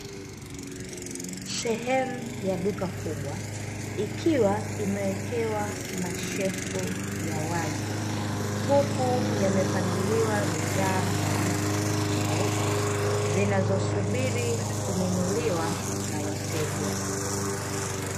Sehemu ya duka kubwa ikiwa imewekewa mashelfu ya wazi huku yamepangiliwa bidhaa za aina tofautitofauti zinazosubiri kununuliwa na wateja.